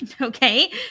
Okay